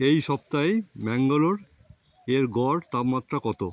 এই সপ্তাহেই ম্যাঙ্গালোর এর গড় তাপমাত্রা কত